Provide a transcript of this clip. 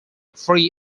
free